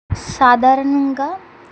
సాధారణంగా